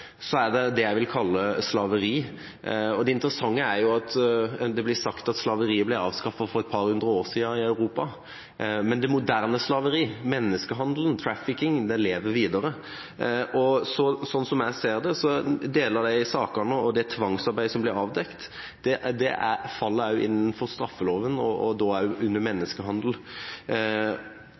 er det det jeg vil kalle slaveri. Det interessante er at det blir sagt at slaveriet ble avskaffet i Europa for et par hundre år siden, men det moderne slaveriet, menneskehandel og trafficking, lever videre. Sånn som jeg ser det, faller deler av sakene og tvangsarbeidet som blir avdekt, inn under straffeloven – under menneskehandel. Mitt spørsmål er